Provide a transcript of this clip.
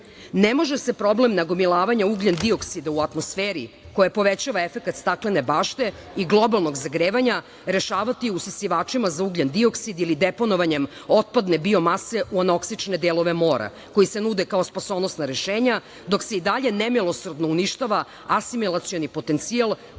Ne može se problem nagomilavanja ugljen-dioksida u atmosferi koji povećava efekat staklene bašte i globalnog zagrevanja rešavati usisivačima za ugljen-dioksid ili deponovanjem otpadne biomase u onoksične delove mora, koji se nude kao spasonosna rešenja, dok se i dalje nemilosrdno uništava asimilacioni potencijal, koji